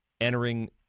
entering